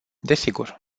desigur